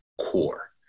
core